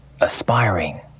aspiring